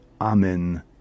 Amen